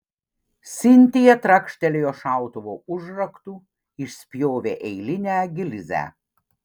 sintija trakštelėjo šautuvo užraktu išspjovė eilinę gilzę